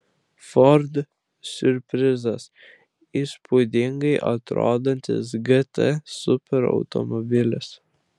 ford siurprizas įspūdingai atrodantis gt superautomobilis